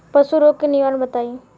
पशु रोग के निवारण बताई?